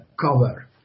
cover